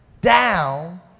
down